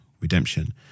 Redemption